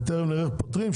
ותכף נראה איך פותרים,